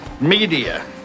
media